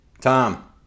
Tom